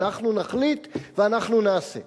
אנחנו נחליט ואנחנו נעשה.